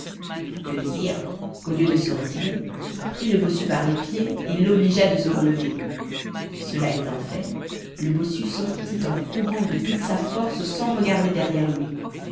le vizir au lieu de se retirer prit le bossu par les pieds et l'obligea de se relever cela étant fait le bossu sortit en courant de toute sa force sans regarder derrière lui